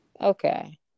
Okay